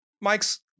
mike's